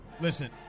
Listen